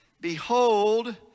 Behold